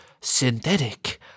synthetic